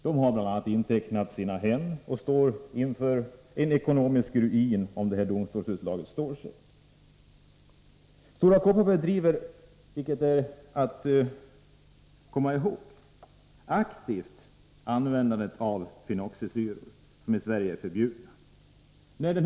De har bl.a. intecknat sina hem och står inför en ekonomisk ruin, om det här domstolsutslaget står sig. Stora Kopparberg driver — vilket är att komma ihåg — aktivt frågan om användande av fenoxisyror, som i Sverige är förbjudna att använda.